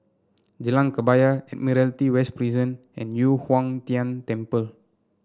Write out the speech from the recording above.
Jalan Kebaya Admiralty West Prison and Yu Huang Tian Temple